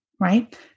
right